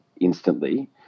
instantly